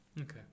Okay